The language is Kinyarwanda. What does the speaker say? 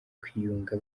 kwiyunga